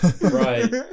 right